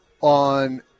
on